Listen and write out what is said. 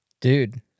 Dude